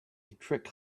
trick